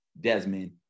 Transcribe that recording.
Desmond